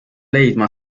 leidma